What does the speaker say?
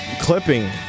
clipping